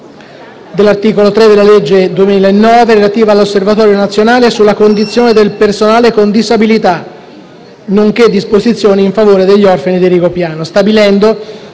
all'articolo 3 della legge n. 18 del 2009 relativa all'Osservatorio nazionale sulla condizione delle persone con disabilità, nonché disposizioni in favore degli orfani di Rigopiano,